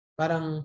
parang